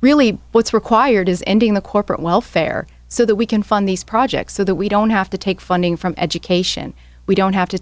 really what's required is ending the corporate welfare so that we can fund these projects so that we don't have to take funding from education we don't have to